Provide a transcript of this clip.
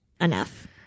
enough